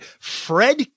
fred